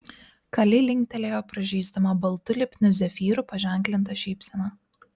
kali linktelėjo pražysdama baltu lipniu zefyru paženklinta šypsena